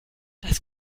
das